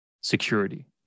security